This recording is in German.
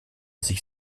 sich